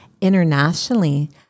internationally